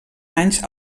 anys